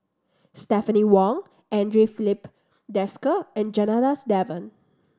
Stephanie Wong Andre Filipe Desker and Janadas Devan